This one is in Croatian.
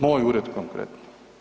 Moj ured, konkretno.